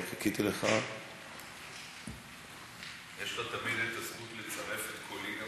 ההצעה להעביר את הנושא לוועדת הפנים והגנת הסביבה